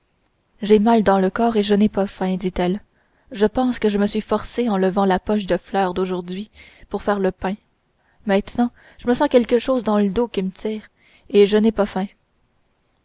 j'ai mal dans le corps et je n'ai pas faim dit-elle je pense que je me suis forcée en levant la poche de fleur aujourd'hui pour faire le pain maintenant je sens quelque chose dans le dos qui me tire et je n'ai pas faim